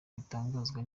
bitangazwa